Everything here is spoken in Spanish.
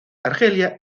argelia